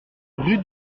rue